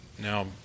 now